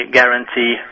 guarantee